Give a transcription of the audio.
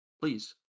Please